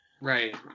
Right